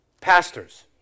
pastors